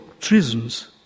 treasons